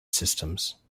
systems